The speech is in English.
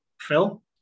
Phil